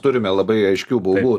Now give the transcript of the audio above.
turime labai aiškių būdų